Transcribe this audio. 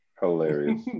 Hilarious